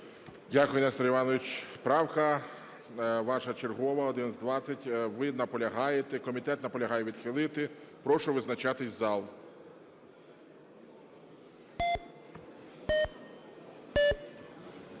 Дякую, Нестор Іванович. Правка ваша чергова 1120, ви наполягаєте. Комітет наполягає відхилити. Прошу визначатись зал.